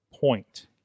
point